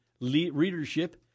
readership